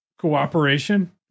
cooperation